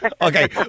Okay